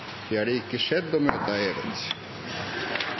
– Det er ikke skjedd, og møtet er hevet.